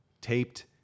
taped